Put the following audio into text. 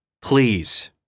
Please